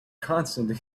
consonant